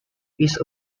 piece